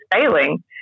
failing